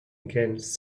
against